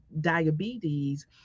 diabetes